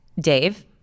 Dave